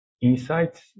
insights